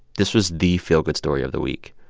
this was the feel-good story of the week